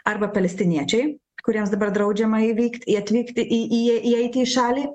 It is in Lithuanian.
arba palestiniečiai kuriems dabar draudžiama įvykt atvykti į į įeiti į šalį